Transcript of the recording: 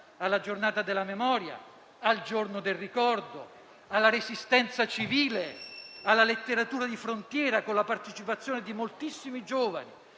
al Giorno della memoria, al Giorno del ricordo, alla resistenza civile, alla letteratura di frontiera, e con la partecipazione di moltissimi giovani.